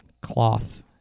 cloth